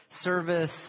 service